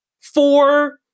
four